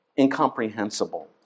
incomprehensible